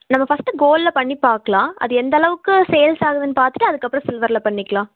நம்ம ஃபர்ஸ்ட்டு கோல்டில் பண்ணி பார்க்கலாம் அது எந்த அளவுக்கு சேல்ஸ் ஆகுதுன்னு பார்த்துட்டு அதுக்கப்புறம் சில்வரில் பண்ணிக்கலாம்